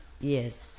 Yes